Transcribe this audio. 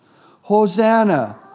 Hosanna